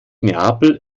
neapel